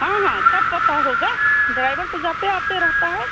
हाँ हाँ सब पता होगा ड्राईबर तो जाते आते रहता है